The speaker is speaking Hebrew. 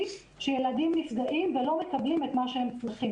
שילדים נפגעים ולא מקבלים את מה שהם צריכים.